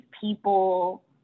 people